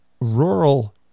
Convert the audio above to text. rural